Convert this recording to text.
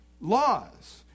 laws